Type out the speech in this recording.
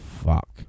fuck